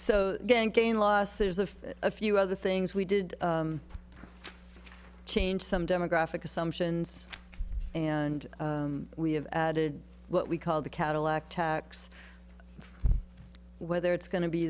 last there's of a few other things we did change some demographic assumptions and we have added what we call the cadillac tax whether it's going to be